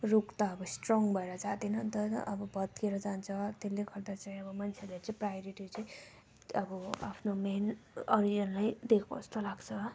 रुख त अब स्ट्रङ भएर जाँदैन नि त अब भत्किएर जान्छ त्यसले गर्दा चाहिँ अब मान्छेले चाहिँ प्रायोरेटी चाहिँ अब आफ्नो मेन ओरिजिनलाई दिएको जस्तो लाग्छ